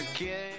again